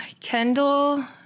Kendall